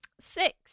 Six